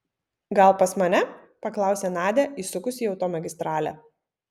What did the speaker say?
gal pas mane paklausė nadia įsukusi į automagistralę